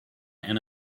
and